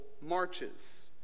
marches